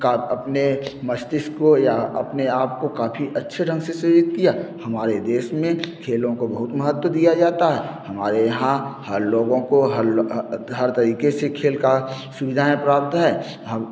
का अपने मस्तिष्क को या अपने आपको काफ़ी अच्छे ढंग से सही किया हमारे देश में खेलों को बहुत महत्व दिया जाता है हमारे यहाँ हर लोगों को हर तरीके से खेल का सुविधाऍं प्राप्त है हम